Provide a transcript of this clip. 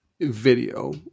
video